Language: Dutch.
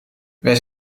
wij